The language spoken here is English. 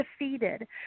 defeated